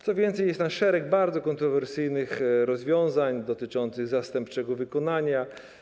Co więcej, jest tam szereg bardzo kontrowersyjnych rozwiązań dotyczących zastępczego wykonania.